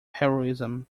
heroism